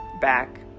back